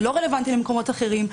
זה לא רלוונטי למקומות אחרים.